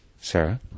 Sarah